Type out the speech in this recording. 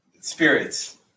spirits